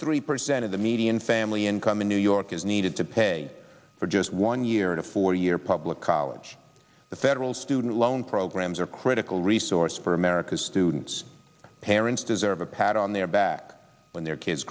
three percent of the median family income in new york is needed to pay for just one year in a four year public college the federal student loan programs are critical resource for america's students parents deserve a pat on their back when their kids